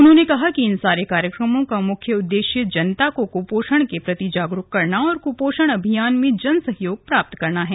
उन्होने कहा कि इन सारे कार्यक्रमो का मुख्य उद्देश्य जनता को क्पोषण के प्रति जागरूक करना और क्पोषण अभियान मे जनसहयोग प्राप्त करना है